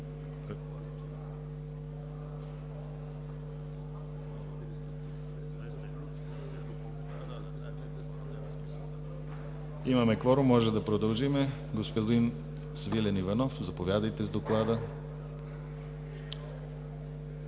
Имаме кворум, можем да продължим. Господин Свилен Иванов, заповядайте с доклада.